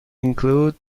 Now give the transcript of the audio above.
include